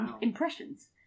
impressions